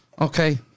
Okay